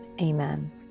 Amen